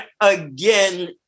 again